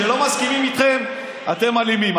כשלא מסכימים איתכם אתם אלימים.